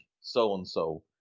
so-and-so